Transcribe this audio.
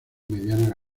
mediana